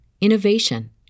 innovation